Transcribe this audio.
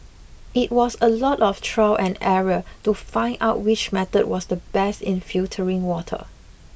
it was a lot of trial and error to find out which method was the best in filtering water